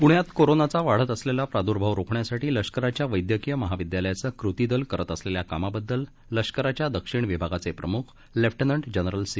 पुण्यात कोरोनाचा वाढत असलेला प्रादुर्भाव रोखण्यासाठी लष्कराच्या वद्धकीय महाविद्यालयाचं कृती दल करत असलेल्या कामाबद्दल लष्कराच्या दक्षिण विभागाचे प्रमुख लेफ्टनंट जनरल सी